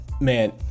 Man